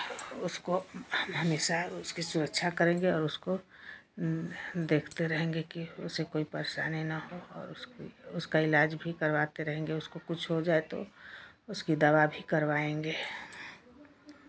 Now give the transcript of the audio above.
उसको हम हमेशा उसकी सुरक्षा करेंगे और उसको देखते रहेंगे की उसे कोई परेशानी ना हो और उस उसका इलाज भी करवाते रहेंगे उसको कुछ हो जाए तो उसकी दवा भी करवाएँगे